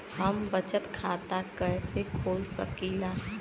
हम बचत खाता कईसे खोल सकिला?